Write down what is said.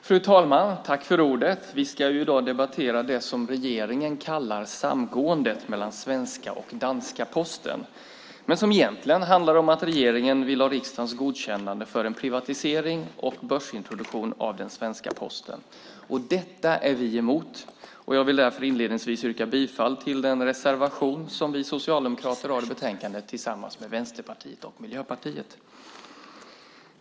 Fru talman! I dag ska vi debattera det som regeringen kallar samgåendet mellan den svenska och den danska Posten, men egentligen handlar det om att regeringen vill ha riksdagens godkännande för en privatisering och börsintroduktion av den svenska Posten. Detta är vi emot, och jag vill därför inledningsvis yrka bifall till den reservation som vi socialdemokrater har i betänkandet tillsammans med Vänsterpartiet och Miljöpartiet.